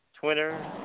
twitter